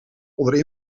onder